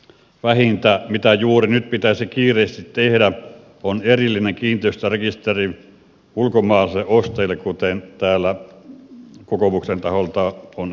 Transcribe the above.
vähintä mitä juuri nyt pitäisi kiireesti tehdä on tehdä erillinen kiinteistörekisteri ulkomaalaisille ostajille kuten täällä kokoomuksen taholta on esitetty